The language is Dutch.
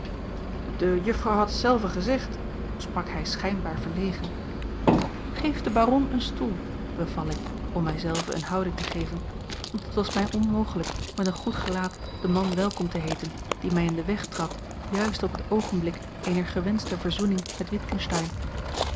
de juffrouw had zelve gezegd sprak hij schijnbaar verlegen geef den baron een stoel beval ik om mij zelve eene houding te geven want het was mij onmogelijk met een goed gelaat den man welkom te heeten die mij in den weg trad juist op het oogenblik eener gewenschte verzoening met